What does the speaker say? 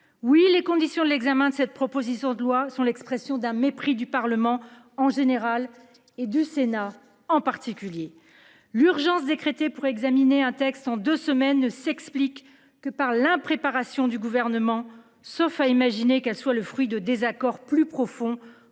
Oui, les conditions d'examen de cette proposition de loi manifestent un mépris du Parlement en général et du Sénat en particulier. L'urgence décrétée pour examiner ce texte en deux semaines ne s'explique que par l'impréparation du Gouvernement. Mais peut-être est-elle le fruit de désaccords plus profonds